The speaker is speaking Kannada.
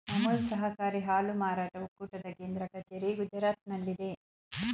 ಅಮುಲ್ ಸಹಕಾರಿ ಹಾಲು ಮಾರಾಟ ಒಕ್ಕೂಟದ ಕೇಂದ್ರ ಕಚೇರಿ ಗುಜರಾತ್ನಲ್ಲಿದೆ